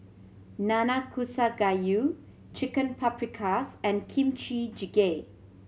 Nanakusa Gayu Chicken Paprikas and Kimchi Jjigae